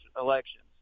elections